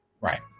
Right